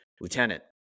Lieutenant